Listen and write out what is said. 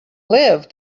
live